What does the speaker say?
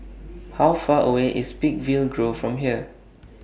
How Far away IS Peakville Grove from here